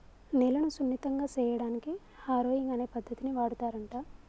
నేలను సున్నితంగా సేయడానికి హారొయింగ్ అనే పద్దతిని వాడుతారంట